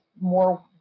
more